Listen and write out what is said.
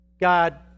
God